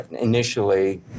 initially